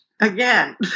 again